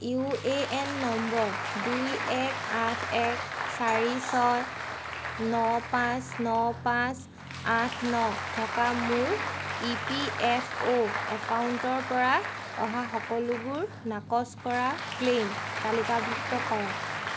U A N নম্বৰ দুই এক আঠ এক চাৰি ছয় ন পাঁচ ন পাঁচ আঠ ন থকা মোৰ ই পি এফ অ' একাউণ্টৰপৰা অহা সকলোবোৰ নাকচ কৰা ক্লেইম তালিকাভুক্ত কৰক